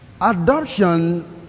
adoption